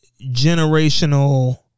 Generational